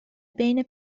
بین